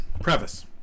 Preface